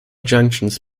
junctions